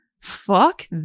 Fuck